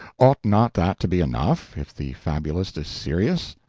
ought not that to be enough, if the fabulist is serious?